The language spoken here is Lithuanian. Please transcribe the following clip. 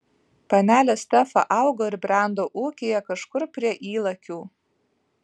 panelė stefa augo ir brendo ūkyje kažkur prie ylakių